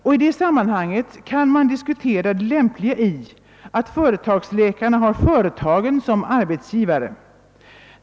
Och i det sammanhanget kan man diskutera det lämpliga i att företagsläkarna har företagen som arbetsgivare.